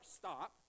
stop